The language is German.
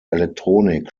elektronik